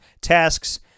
tasks